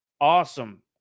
Awesome